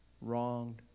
wronged